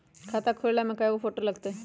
खाता खोले में कइगो फ़ोटो लगतै?